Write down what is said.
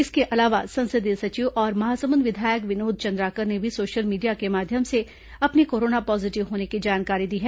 इसके अलावा संसदीय सचिव और महासमुंद विधायक विनोद चंद्राकर ने भी सोशल मीडिया के माध्यम से अपने कोरोना पॉजीटिव होने की जानकारी दी है